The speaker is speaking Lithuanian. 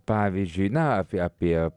pavyzdžiui na apie